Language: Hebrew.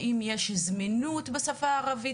האם יש זמינות בשפה הערבית?